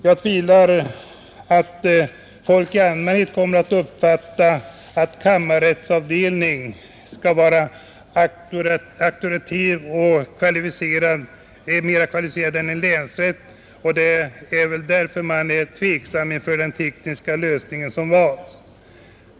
Jag betvivlar att människor i allmänhet kommer att uppfatta en kammarrättsavdelning som mera auktoritativ och kvalificerad än länsrätt och är därför något tveksam inför den tekniska lösning som valts.